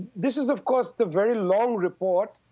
this is of course the very long report.